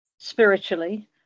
spiritually